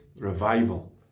revival